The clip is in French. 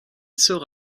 sort